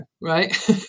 right